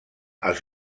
els